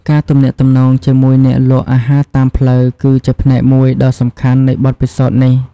ការទំនាក់ទំនងជាមួយអ្នកលក់អាហារតាមផ្លូវ គឺជាផ្នែកមួយដ៏សំខាន់នៃបទពិសោធន៍នេះ។